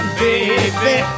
baby